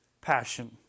passion